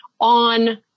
on